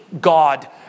God